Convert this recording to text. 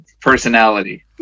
personality